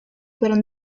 fueron